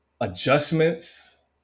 adjustments